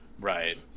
right